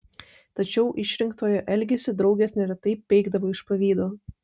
tačiau išrinktojo elgesį draugės neretai peikdavo iš pavydo